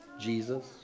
Jesus